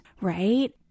Right